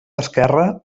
esquerre